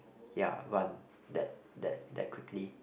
ya run that that that quickly